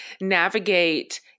navigate